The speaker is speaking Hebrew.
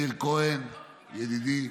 מאיר כהן, ידידי,